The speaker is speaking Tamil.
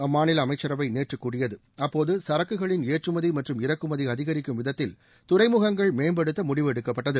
அம்மாநில அமைச்சரவை நேற்று கூடியது அப்போது சரக்குகளின் ஏற்றுமதி மற்றும் இறக்குமதி அதிகரிக்கும் விதத்தில் துறைமுகங்கள் மேம்படுத்த முடிவு எடுக்கப்பட்டது